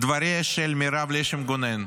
את דבריה של מירב לשם גונן,